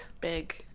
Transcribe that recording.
Big